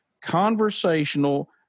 conversational